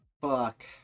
Fuck